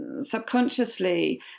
subconsciously